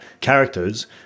characters